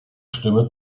stimme